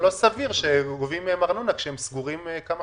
לא סביר שגובים מהם ארנונה כשהם סגורים כמה חודשים.